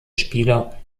spieler